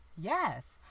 Yes